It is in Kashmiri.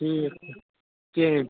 ٹھیٖک چھُ کِہیٖنٛۍ